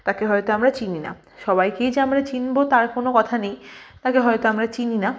তাকে হয়তো আমরা চিনি না সবাইকেই যে আমরা চিনবো তার কোনো কথা নেই তাকে হয়তো আমরা চিনি না